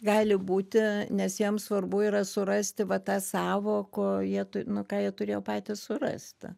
gali būti nes jiem svarbu yra surasti va tą savo ko jie nu ką jie turėjo patys surasti